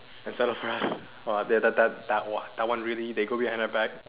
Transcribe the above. and settle for us !wah! that that that that one really they go behind our back